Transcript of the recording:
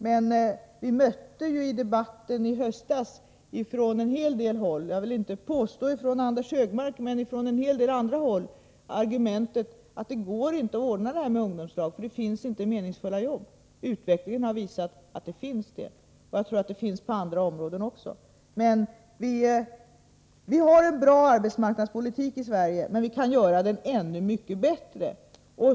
Men vi mötte i debatten i höstas — jag vill inte påstå från Anders Högmark, men från en hel del andra håll — argumentet att det inte går att ordna ungdomslag därför att det inte finns meningsfulla jobb. Utvecklingen har visat att det finns sådana. Jag tror att det är samma sak också på andra områden. Vi har en bra arbetsmarknadspolitik i Sverige, men vi kan göra den ännu mycket bättre.